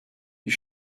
you